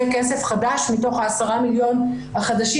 זה כסף חדש מתוך ה-10 מיליון החדשים